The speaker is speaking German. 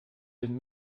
den